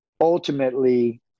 ultimately